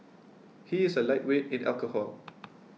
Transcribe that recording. he is a lightweight in alcohol